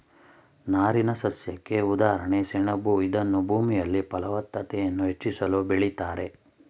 ನಾರಿನಸಸ್ಯಕ್ಕೆ ಉದಾಹರಣೆ ಸೆಣಬು ಇದನ್ನೂ ಭೂಮಿಯಲ್ಲಿ ಫಲವತ್ತತೆಯನ್ನು ಹೆಚ್ಚಿಸಲು ಬೆಳಿತಾರೆ